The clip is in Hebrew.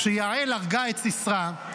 כשיעל הרגה את סיסרא,